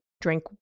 drink